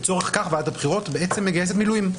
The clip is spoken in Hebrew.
צריך גם לזכור את הקושי המיוחד שעומד בפנינו כעת.